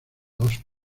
dos